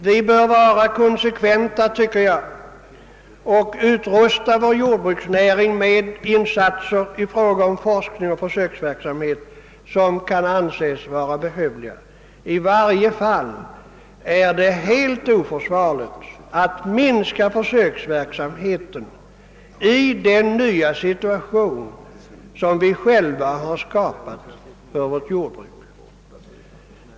Vi bör vara konsekventa och upprusta vår jordbruksnäring genom de insatser i fråga om forskning och försöksverksamhet som kan anses vara behövliga. I varje fall är det helt oförsvarligt att minska försöksverksamheten i den nya situation, som vi själva har skapat för vårt jordbruk.